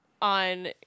On